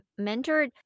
mentored